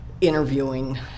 interviewing